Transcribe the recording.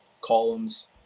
columns